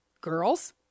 girls